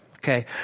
Okay